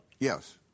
Yes